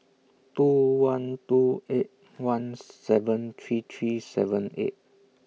two one two eight one seven three three seven eight